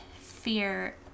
fear